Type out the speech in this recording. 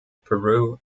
peru